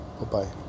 Bye-bye